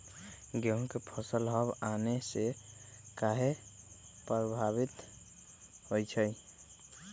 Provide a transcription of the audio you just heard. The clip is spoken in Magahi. गेंहू के फसल हव आने से काहे पभवित होई छई?